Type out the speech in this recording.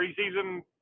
preseason